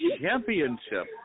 championship